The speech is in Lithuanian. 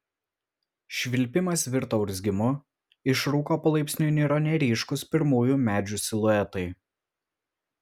švilpimas virto urzgimu iš rūko palaipsniui niro neryškūs pirmųjų medžių siluetai